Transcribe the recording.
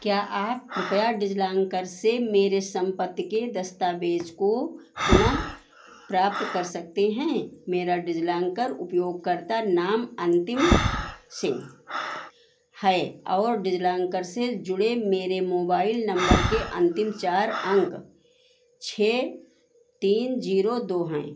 क्या आप कृपया डिज़िलॉकर से मेरी सम्पत्ति के दस्तावेज़ को पुन प्राप्त कर सकते हैं मेरा डिज़िलॉकर उपयोगकर्ता नाम अन्तिम सिंह है और डिज़िलॉकर से जुड़े मेरे मोबाइल नम्बर के अन्तिम चार अंक छह तीन ज़ीरो दो हैं